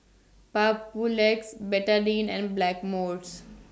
Papulex Betadine and Blackmores